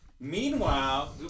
Meanwhile